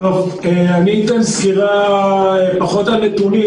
אתן סקירה פחות על נתונים,